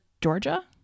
Georgia